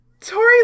Tori